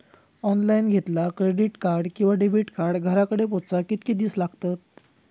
Online घेतला credit card किंवा debit card घराकडे पोचाक कितके दिस लागतत?